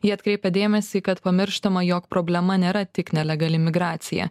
ji atkreipia dėmesį kad pamirštama jog problema nėra tik nelegali migracija